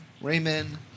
Raymond